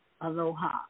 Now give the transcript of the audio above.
aloha